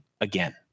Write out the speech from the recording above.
again